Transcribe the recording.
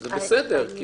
זה בסדר.